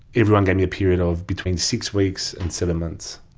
everyone gave me a period of between six weeks and seven months.